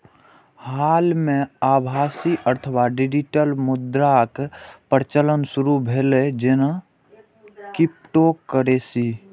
हाल मे आभासी अथवा डिजिटल मुद्राक प्रचलन शुरू भेलै, जेना क्रिप्टोकरेंसी